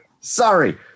Sorry